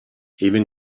even